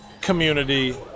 community